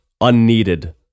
unneeded